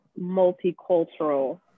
multicultural